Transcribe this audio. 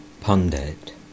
Pundit